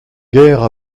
guerre